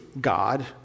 God